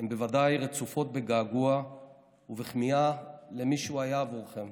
הן ודאי רצופות בגעגוע ובכמיהה למי שהוא היה בעבורכם.